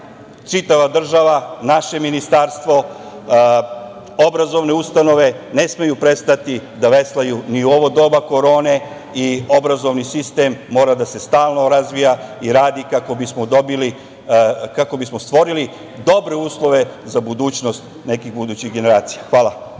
čitava država, naše ministarstvo, obrazovne ustanove, ne smeju prestati da veslaju ni u ovo doba korone i obrazovni sistem mora da se stalno razvija i radi kako bismo stvorili dobre uslove za budućnost nekih budućih generacija. Hvala.